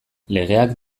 legeak